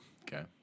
Okay